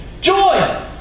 Joy